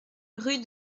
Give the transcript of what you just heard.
rue